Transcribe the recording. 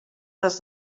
les